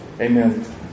Amen